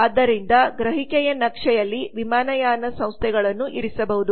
ಆದ್ದರಿಂದ ಗ್ರಹಿಕೆಯ ನಕ್ಷೆಯಲ್ಲಿ ವಿಮಾನಯಾನ ಸಂಸ್ಥೆಗಳನ್ನು ಇರಿಸಬಹುದು